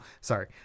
sorry